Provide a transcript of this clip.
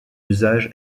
usage